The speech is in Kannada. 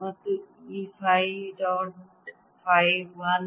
ಮತ್ತು ಈ ಫೈ ಡಾಟ್ ಫೈ 1